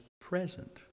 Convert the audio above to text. present